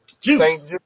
Juice